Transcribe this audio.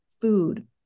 food